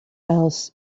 else